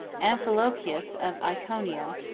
amphilochius of iconium,